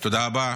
תודה רבה.